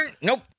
Nope